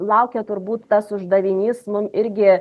laukia turbūt tas uždavinys mum irgi